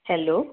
hello